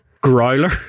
Growler